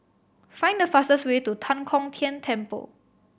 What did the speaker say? find the fastest way to Tan Kong Tian Temple